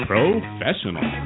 Professional